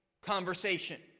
conversation